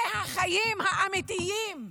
אלה החיים האמיתיים,